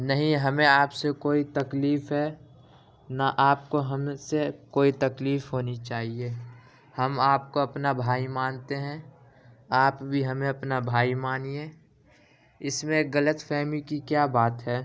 نہیں ہمیں آپ سے کوئی تکلیف ہے نہ آپ کو ہم سے کوئی تکلیف ہونی چاہیے ہم آپ کو اپنا بھائی مانتے ہیں آپ بھی ہمیں اپنا بھائی مانیے اس میں غلط فہمی کی کیا بات ہے